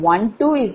5 0